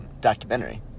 documentary